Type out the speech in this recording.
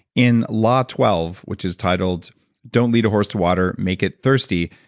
in law twelve which is titled don't lead a horse to water, make it thirsty,